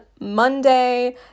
monday